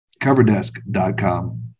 CoverDesk.com